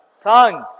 Tongue